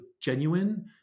genuine